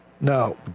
No